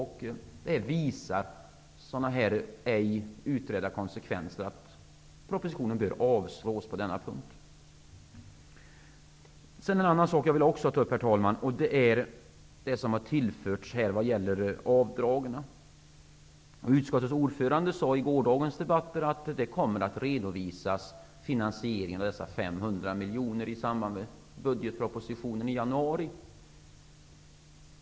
Sådana här ej utredda konsekvenser visar att propositionen bör avslås på denna punkt. Jag vill också ta upp en annan sak, herr talman, nämligen det som har tillförts vad gäller avdragen. Utskottets ordförande sade i gårdagens debatter att finansieringen av dessa 500 miljoner kommer att redovisas i samband med budgetpropositionen i januari.